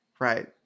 Right